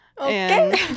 Okay